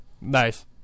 Nice